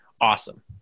awesome